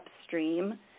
upstream